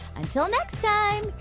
until next time,